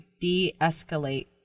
de-escalate